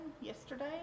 yesterday